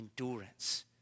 endurance